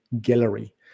gallery